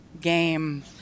game